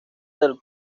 del